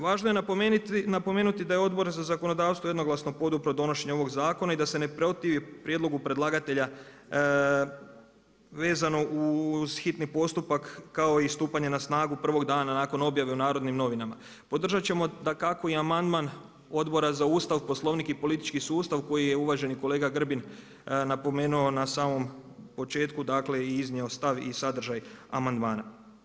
Važno je napomenuti da je Odbor za zakonodavstvo jednoglasno podupirao donošenje ovog zakona i da se ne protivi prijedlogu predlagatelja vezano uz hitni postupak kao i stupanje na snagu prvog dana nakon objave u NN. Podržat ćemo dakako i amandman Odbora za Ustava, Poslovnik i politički sustav, koji je uvaženi kolega Grbin napomenuo na samom početku dakle, i iznio stav i sadržaj amandmana.